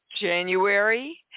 January